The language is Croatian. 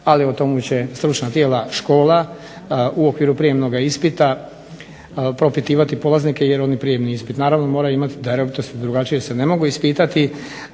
ali o tomu će stručna tijela škola u okviru prijemnoga ispita propitivati polaznike …/Govornik se ne razumije./… oni prijemni ispit naravno moraju imati darovitosti drugačije se ne mogu ispitati,